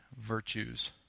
virtues